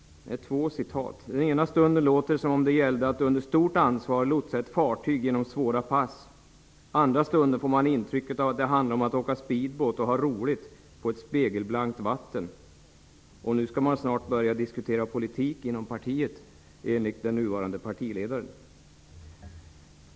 Den ena stunden låter det som om det gällde att under stort ansvar lotsa ett fartyg genom svåra pass, och den andra stunden får man intryck av att det handlar om att åka speedboat och ha roligt på ett spegelblankt vatten. Nu skall man också snart börja diskutera politik inom partiet, enligt den nuvarande partiledaren.